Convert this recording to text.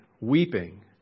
weeping